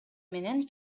менен